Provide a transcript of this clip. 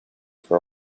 for